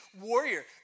warrior